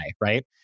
right